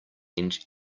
end